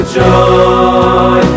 joy